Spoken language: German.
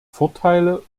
vorteile